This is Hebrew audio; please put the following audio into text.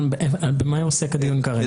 במה עוסק הדיון כרגע?